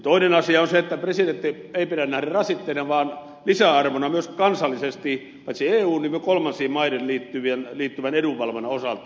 toinen asia on se että presidenttiä ei pidä nähdä rasitteena vaan lisäarvona myös kansallisesti paitsi eun myös kolmansiin maihin liittyvän edunvalvonnan osalta